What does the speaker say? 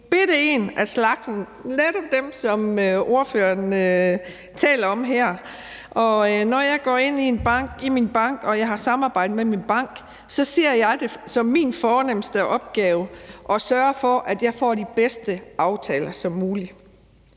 bette en af slagsen – netop dem, som ordføreren taler om her – og når jeg går ind i min bank og har et samarbejde med min bank, så ser jeg det som min fornemste opgave at sørge for, at jeg får de bedst mulige